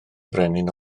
brenin